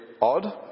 odd